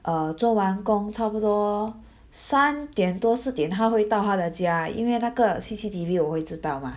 err 做完工差不多三点多四点她会到她的家因为那个 C_C_T_V 的会知道嘛